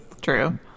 True